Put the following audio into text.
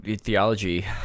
theology